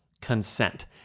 consent